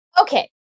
Okay